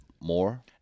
more